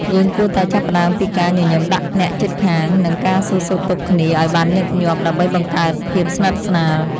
យើងគួរតែចាប់ផ្ដើមពីការញញឹមដាក់អ្នកជិតខាង និងការសួរសុខទុក្ខគ្នាឱ្យបានញឹកញាប់ ដើម្បីបង្កើតភាពស្និទ្ធស្នាល។